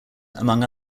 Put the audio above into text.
among